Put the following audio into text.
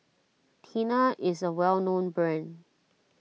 Tena is a well known brand